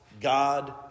God